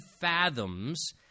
fathoms